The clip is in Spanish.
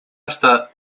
hasta